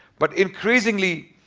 but increasingly